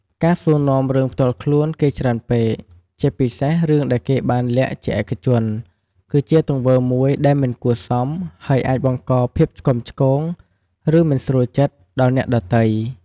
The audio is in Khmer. ការសួរនាំរឿងផ្ទាល់ខ្លួនគេច្រើនពេក ជាពិសេសរឿងដែលគេបានលាក់ជាឯកជន គឺជាទង្វើមួយដែល មិនគួរសម ហើយអាចបង្ក ភាពឆ្គាំឆ្គង ឬមិនស្រួលចិត្ត ដល់អ្នកដទៃ។